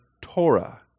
Torah